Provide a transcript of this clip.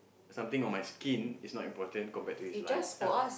something on my skin is not important compared to his life ya